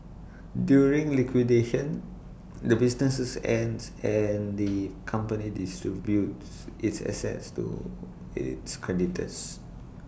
during liquidation the business ends and the company distributes its assets to its creditors